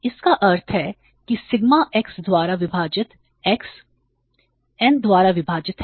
इसका अर्थ है कि सिग्मा x द्वारा विभाजित x n द्वारा विभाजित है